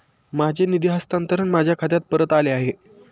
माझे निधी हस्तांतरण माझ्या खात्यात परत आले आहे